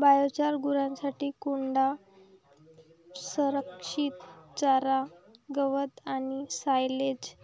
biochar, गुरांसाठी कोंडा, संरक्षित चारा, गवत आणि सायलेज